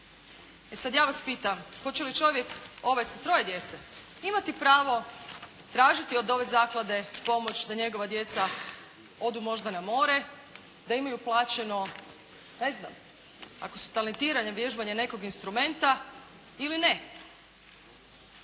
E sad ja vas pitam, hoće li čovjek ovaj sa troje djece imati pravo tražiti od ove zaklade pomoć da njegova djeca odu možda na more, da imaju plaćeno, ne znam, ako su talentirani, vježbanje nekog instrumenta, ili ne?